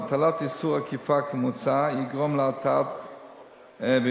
הטלת איסור עקיפה כמוצע תגרום להאטה במהירות